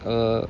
err